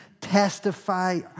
testify